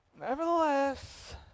Nevertheless